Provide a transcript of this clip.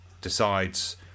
decides